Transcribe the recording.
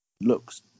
looks